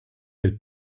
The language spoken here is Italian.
del